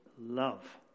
love